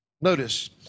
Notice